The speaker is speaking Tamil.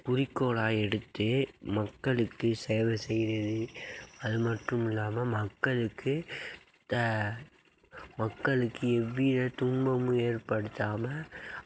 குறிக்கோளாக எடுத்து மக்களுக்கு சேவை செய்து அது மட்டும் இல்லாமல் மக்களுக்கு த மக்களுக்கு எவ்வித துன்பமும் ஏற்படுத்தாமல்